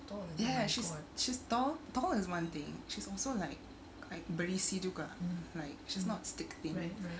yes she's she's tall tall is one thing she's also like quite berisi juga like she's not stick thin